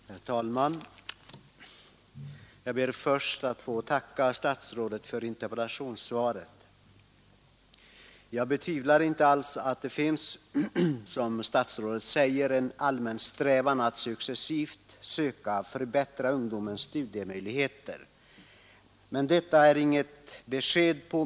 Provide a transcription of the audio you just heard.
Herr talman! Jag ber först att få tacka statsrådet för interpellationssvaret. Jag betvivlar inte alls att det finns — som statsrådet säger — en allmän strävan att successivt söka förbättra ungdomens studiemöjligheter.